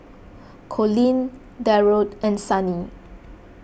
Collin Darold and Sannie